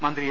മന്ത്രി എ